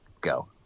Go